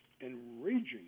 enraging